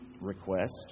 request